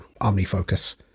OmniFocus